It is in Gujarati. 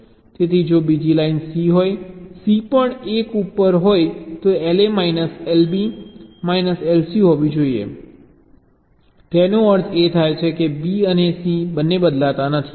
તેથી જો બીજી લાઈન C હોય C પણ 1 ઉપર હોય તો તે LA minus LB minus LC હોવી જોઈએ તેનો અર્થ એ થાય કે B અને C બંને બદલાતા નથી